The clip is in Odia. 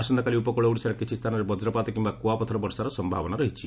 ଆସନ୍ତାକାଲି ଉପକୁଳ ଓଡ଼ିଶାର କିଛି ସ୍ତାନରେ ବକ୍ରପାତ କିମ୍ଘା କୁଆପଥର ବର୍ଷାର ସମ୍ଭାବନା ରହିଛି